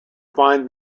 find